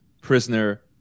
Prisoner